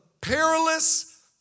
perilous